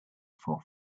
for